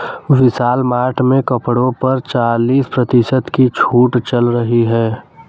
विशाल Mart में कपड़ों पर चालीस प्रतिशत की छूट चल रही है